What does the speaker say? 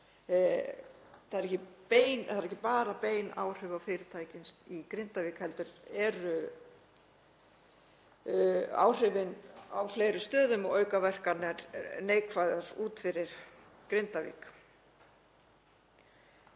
Það eru ekki bara bein áhrif á fyrirtækin í Grindavík heldur eru áhrifin á fleiri stöðum og neikvæðar aukaverkanir út fyrir Grindavík.